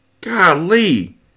Golly